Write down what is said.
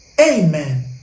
Amen